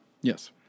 Yes